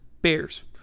Bears